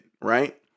right